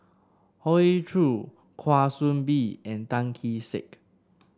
Hoey Choo Kwa Soon Bee and Tan Kee Sek